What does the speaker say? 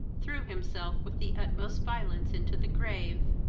threw himself with the utmost violence into the grave,